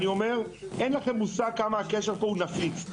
אני חושב שאין לכם מושג כמה הקשר פה הוא נפיץ.